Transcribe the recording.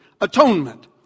atonement